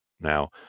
now